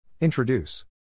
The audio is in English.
Introduce